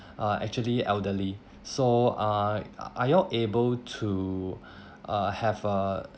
uh actually elderly so uh are y'all able to uh have a